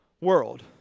world